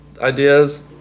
ideas